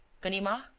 ganimard?